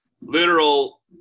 literal